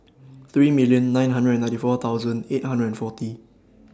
three million nine hundred and ninety four thousand eight hundred and forty